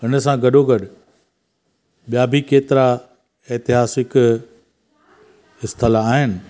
हुन सां गॾोगॾु ॿिया बि केतिरा ऐतिहासिक स्थल आहिनि